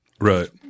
Right